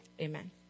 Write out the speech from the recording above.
Amen